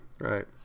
Right